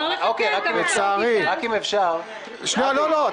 רק אם אפשר -- לא, לא.